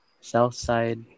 Southside